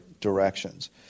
directions